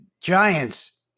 giants